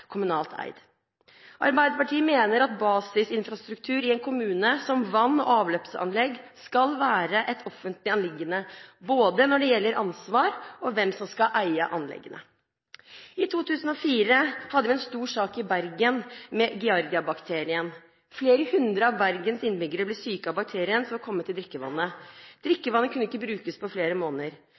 eid. Arbeiderpartiet mener at basisinfrastruktur – som vann- og avløpsanlegg – i en kommune skal være et offentlig anliggende, både når det gjelder ansvar og hvem som skal eie anleggene. I 2004 hadde vi i Bergen en stor sak med Giardia-bakterien. Flere hundre av Bergens innbyggere ble syke av bakterien, som var kommet i drikkevannet. Drikkevannet kunne ikke brukes på flere måneder.